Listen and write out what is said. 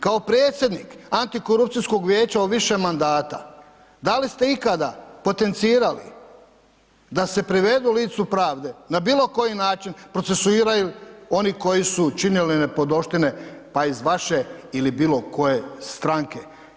Kao predsjednik antikorupcijskog vijeća u više mandata da li ste ikada potencirali da se privedu licu pravde na bilo koji način procesuiraju oni koji su čini nepodopštine pa iz vaše ili bilo koje stranke?